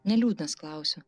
ne liūtas klausiu